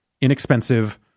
inexpensive